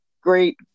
great